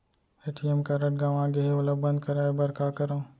ATM card गंवा गे है ओला बंद कराये बर का करंव?